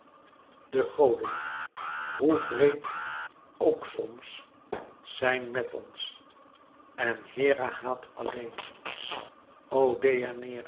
de goden hoe wreed ook soms zijn mèt ons en hera haat alleen o